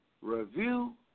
review